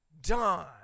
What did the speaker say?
done